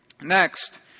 Next